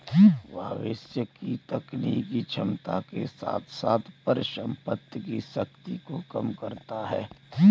भविष्य की तकनीकी क्षमता के साथ साथ परिसंपत्ति की शक्ति को कम करता है